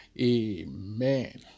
Amen